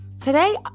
Today